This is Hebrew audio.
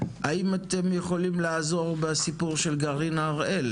האם התם יכולים לעזור בסיפור של גרעין הראל,